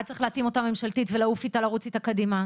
היה צריך להתאים אותם ממשלתית ולרוץ איתה קדימה.